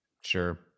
sure